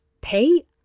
Pay